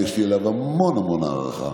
ויש לי אליו המון המון הערכה,